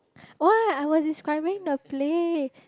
why I was describing the place